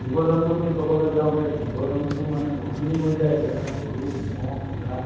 জীৱ জন্তু বুলি ক'বলৈ যাওঁতে জীৱ জন্তু মানে বহুতখিনি পৰি যায় যেনে গৰু ম'হ ঘোঁৰা